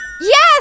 Yes